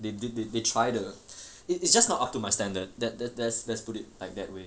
they they they they try the it's just not up to my standard that there's let's put it like that way